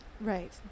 right